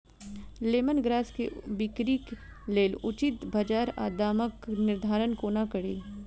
Lemon grass केँ बिक्रीक लेल उचित बजार आ दामक निर्धारण कोना कड़ी?